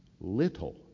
little